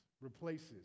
replaces